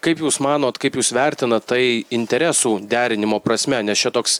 kaip jūs manot kaip jūs vertinat tai interesų derinimo prasme nes čia toks